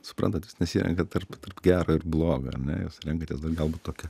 suprantat jūs nesirenkat tarp gero ir blogo ar ne jūs renkatės da galbūt tokia